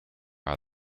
are